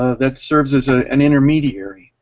that serves as ah an intermediator,